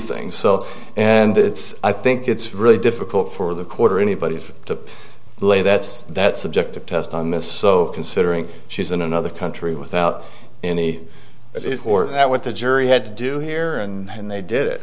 things so and it's i think it's really difficult for the quarter or anybody to les that's that subjective test on this so considering she's in another country without any or that what the jury had to do here and they did it